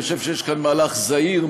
אני חושב שיש כאן מהלך זהיר,